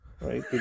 right